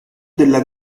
della